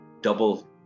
double